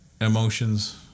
emotions